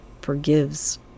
forgives